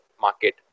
market